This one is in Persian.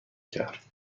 کرد